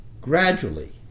gradually